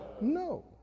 No